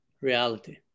reality